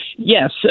Yes